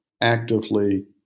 actively